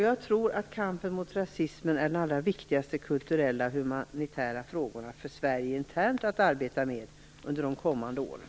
Jag tror att kampen mot rasism är den allra viktigaste kulturella, humanitära frågan för Sverige internt att arbeta med under de kommande åren.